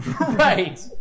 Right